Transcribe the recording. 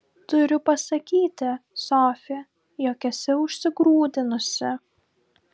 turiu pasakyti sofi jog esi užsigrūdinusi